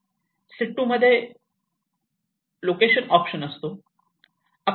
सीटु मध्ये location option असतो